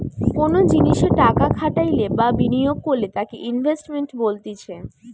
কোনো জিনিসে টাকা খাটাইলে বা বিনিয়োগ করলে তাকে ইনভেস্টমেন্ট বলতিছে